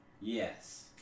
Yes